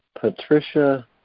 Patricia